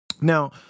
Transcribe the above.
Now